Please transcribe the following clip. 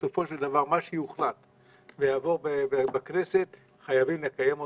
בסופו של דבר מה שיוחלט ויעבור בכנסת חייבים לקיים אותו.